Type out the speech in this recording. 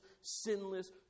sinless